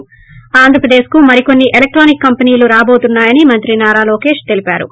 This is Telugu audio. ప్ర ఆంధ్రప్రదేశ్ కు మరికొన్ని ఎలక్టానిక్ కంపెనీలు రాబోతున్నాయని మంత్రి నారా లోకేష్ తెలిపారు